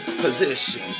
position